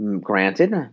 Granted